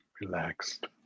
Relaxed